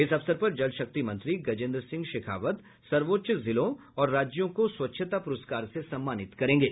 इस अवसर पर जल शक्ति मंत्री गजेन्द्र सिंह शेखावत सर्वोच्च जिलों और राज्यों को स्वच्छता पुरस्कार से सम्मानित करेंगे